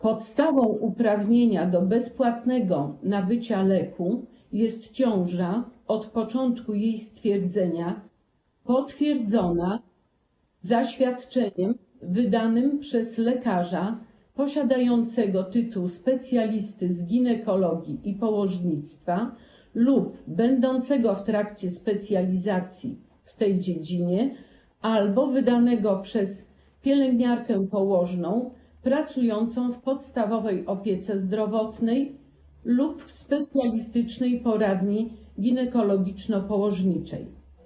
Podstawą uprawnienia do bezpłatnego nabycia leku jest ciąża od początku jej stwierdzenia, potwierdzona zaświadczeniem wydanym przez lekarza posiadającego tytuł specjalisty z ginekologii i położnictwa lub będącego w trakcie specjalizacji w tej dziedzinie albo wydanym przez pielęgniarkę położną pracującą w podstawowej opiece zdrowotnej lub w specjalistycznej poradni ginekologiczno-położniczej.